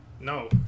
No